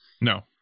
No